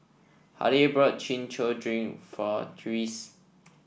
Hilah bought Chin Chow Drink for Tyrese